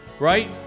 right